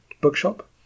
bookshop